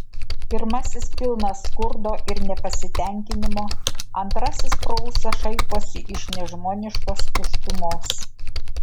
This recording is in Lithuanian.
pirmasis pilnas skurdo ir nepasitenkinimo antrasis pro ūsą šaiposi iš nežmoniškos tuštumos